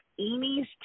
Amy's